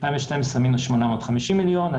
ב-2012 מינוס 850 מיליון,